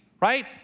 right